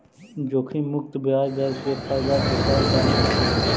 जोखिम मुक्त ब्याज दर के फयदा तो सब जान हीं हथिन